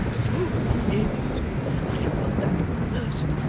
so he is i have felt that from the first,